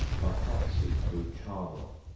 my fancy grew charnel,